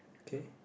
okay